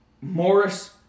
Morris